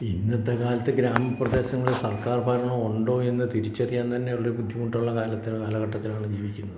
ഇന്നത്തെ കാലത്ത് ഗ്രാമപ്രദേശങ്ങളിൽ സർക്കാർ ഭരണം ഉണ്ടോ എന്ന് തിരിച്ചറിയാൻ തന്നെയുള്ള ബുദ്ധിമുട്ടുള്ള കാലത്തില കാലഘട്ടത്തിലാണ് ജീവിക്കുന്നത്